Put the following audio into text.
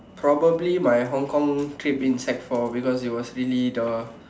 probably my Hong-Kong trip in sec four because it was really the